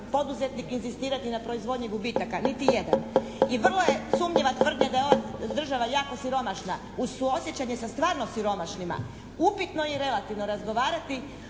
poduzetnik inzistirati na proizvodnji gubitaka? Niti jedan. I vrlo je sumnjiva tvrdnja da je ova država jako siromašna. Uz suosjećanje sa stvarno siromašnima upitno je relativno razgovarati